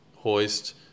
Hoist